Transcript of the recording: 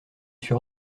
suis